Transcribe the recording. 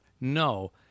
No